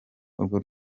urwo